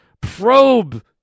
probe